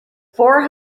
four